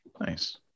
Nice